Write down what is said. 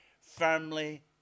firmly